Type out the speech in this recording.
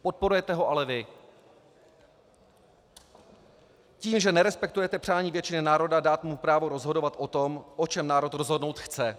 Podporujete ho ale vy tím, že nerespektujete přání většiny národa dát mu právo rozhodovat o tom, o čem národ rozhodnout chce.